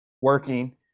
working